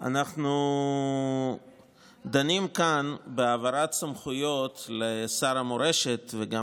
אנחנו דנים כאן בהעברת סמכויות לשר המורשת וגם,